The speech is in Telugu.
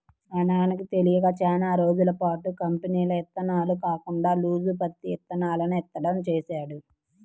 మా నాన్నకి తెలియక చానా రోజులపాటు కంపెనీల ఇత్తనాలు కాకుండా లూజు పత్తి ఇత్తనాలను విత్తడం చేశాడు